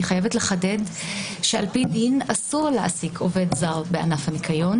אני חייבת לחדד שעל פי דין אסור להעסיק עובד זר בענף הניקיון.